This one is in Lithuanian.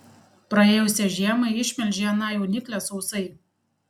praėjusią žiemą išmelžei aną jauniklę sausai